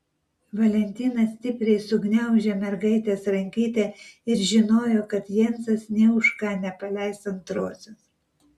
valentina stipriai sugniaužė mergaitės rankytę ir žinojo kad jensas nė už ką nepaleis antrosios